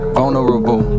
vulnerable